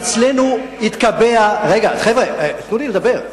אצלנו התקבע, רגע, חבר'ה, תנו לי לדבר.